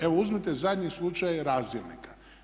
Evo uzmite zadnji slučaj razdjelnika.